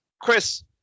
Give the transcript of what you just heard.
Chris